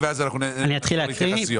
אני אתחיל להקריא.